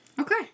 Okay